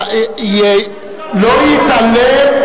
לא יתעלם,